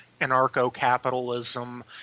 anarcho-capitalism